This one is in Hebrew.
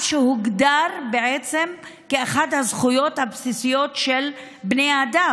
שהוגדר כאחת הזכויות הבסיסיות של בני האדם.